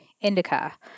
indica